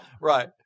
Right